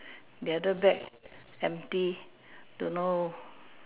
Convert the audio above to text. the other bag empty don't know